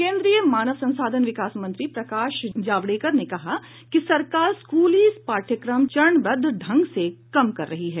केन्द्रीय मानव संसाधन विकास मंत्री प्रकाश जावड़ेकर ने कहा है कि सरकार स्कूली पाठ्यक्रम चरणबद्व ढंग से कम कर रही है